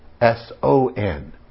S-O-N